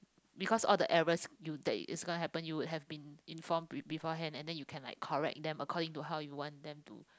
because all the errors you that is gonna happen you would have been informed pre~ beforehand and then you can like correct them according to how you want them to